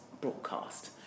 broadcast